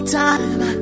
time